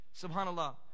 Subhanallah